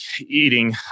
eating